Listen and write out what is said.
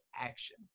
action